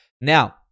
now